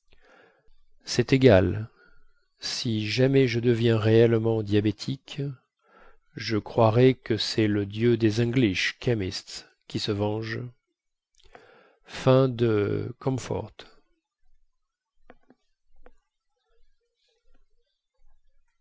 cest égal si jamais je deviens réellement diabétique je croirai que cest le dieu des english chemists qui se venge